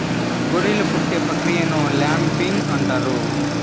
గొర్రెలు పుట్టే ప్రక్రియను ల్యాంబింగ్ అంటారు